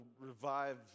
revive